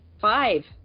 Five